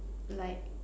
like